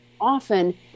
often